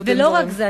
לא רק זה.